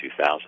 2000